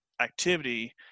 activity